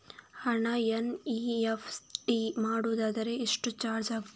ಹಣ ಎನ್.ಇ.ಎಫ್.ಟಿ ಮಾಡುವುದಾದರೆ ಎಷ್ಟು ಚಾರ್ಜ್ ಆಗುತ್ತದೆ?